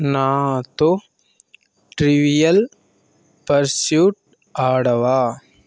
నాతో trivial pursuit ఆడవా